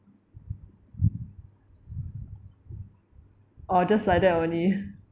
orh just like that only